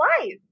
life